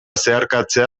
zeharkatzea